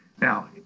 Now